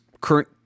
current